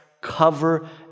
cover